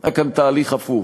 היה כאן תהליך הפוך: